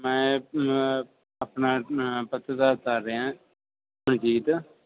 ਮੈਂ ਆਪਣਾ ਪੱਤਰਕਾਰ ਕਰ ਰਿਹਾ ਅਜੀਤ